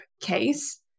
case